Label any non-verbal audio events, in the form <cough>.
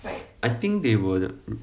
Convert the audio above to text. I think they will <noise>